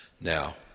Now